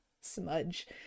Smudge